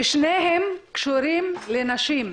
ושניהם קשורים לנשים.